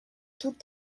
toute